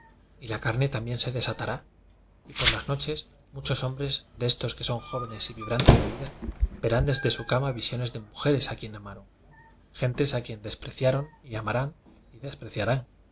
y la carne también se desatará y por las noches muchos hombres destos que son jóvenes y vibrantes de vida verán desde su cama visiones de mujeres a quien amaron gentes a quien despreciaron y amarán y despreciarán